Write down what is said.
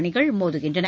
அணிகள் மோதுகின்றன